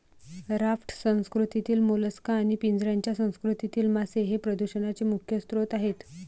raft संस्कृतीतील mollusc आणि पिंजऱ्याच्या संस्कृतीतील मासे हे प्रदूषणाचे प्रमुख स्रोत आहेत